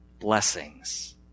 blessings